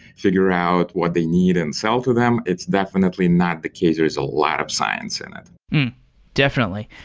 figure out what they need and sell to them. it's definitely not the case. there's a lot of science in it definitely.